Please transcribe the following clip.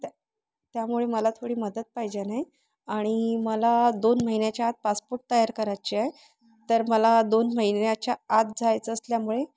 त्या त्यामुळे मला थोडी मदत पाहिजे आहे आणि मला दोन महिन्याच्या आत पासपोर्ट तयार करायची आहे तर मला दोन महिन्याच्या आत जायचं असल्यामुळे